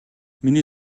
миний